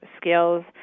skills